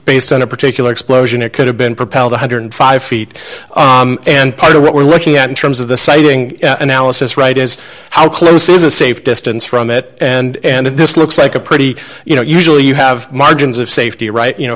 based on a particular explosion it could have been propelled one hundred and five feet and part of what we're looking at in terms of the sighting analysis right is how close is a safe distance from it and this looks like a pretty you know usually you have margins of safety right you know